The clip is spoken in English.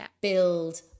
build